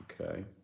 Okay